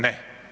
Ne.